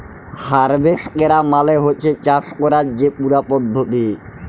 harvest ক্যরা মালে হছে চাষ ক্যরার যে পুরা পদ্ধতি